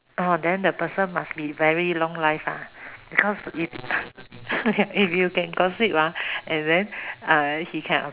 orh then the person must be very long life ah because if you can gossip ah and then he can